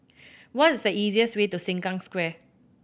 what is the easiest way to Sengkang Square